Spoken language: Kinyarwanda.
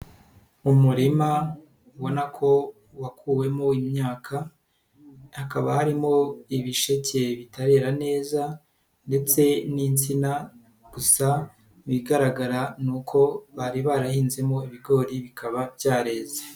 Umurima ubona ko wakuwemo imyaka hakaba harimo ibisheke bitarera neza ndetse n'insina gusa mu bigaragara ni uko bari barahinzemo ibigori bikaba byareze.